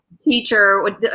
Teacher